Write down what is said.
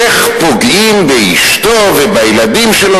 איך פוגעים באשתו ובילדים שלו,